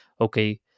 okay